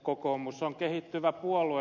kokoomus on kehittyvä puolue